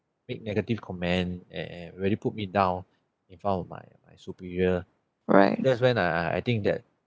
make negative comment and and really put me down in front of my my superior that's when I I I think that